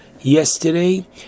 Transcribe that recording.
yesterday